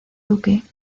duque